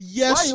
yes